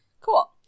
Cool